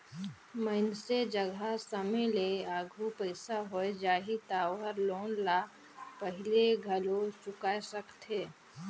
मइनसे जघा समे ले आघु पइसा होय जाही त ओहर लोन ल पहिले घलो चुकाय सकथे